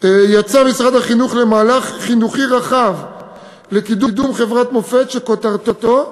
יצא משרד החינוך למהלך חינוכי רחב לקידום חברת מופת שכותרתו,